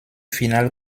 finales